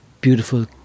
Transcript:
beautiful